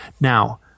now